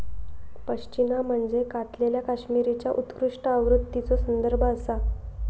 पश्मिना म्हणजे कातलेल्या कश्मीरीच्या उत्कृष्ट आवृत्तीचो संदर्भ आसा